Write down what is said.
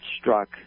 struck